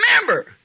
remember